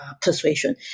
persuasion